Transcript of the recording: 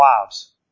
wives